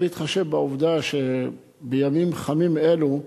בהתחשב בעובדה שבימים חמים אלו,